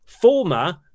former